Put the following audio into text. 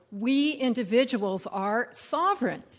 we individuals are sovereign.